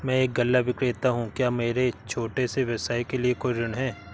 मैं एक गल्ला विक्रेता हूँ क्या मेरे छोटे से व्यवसाय के लिए कोई ऋण है?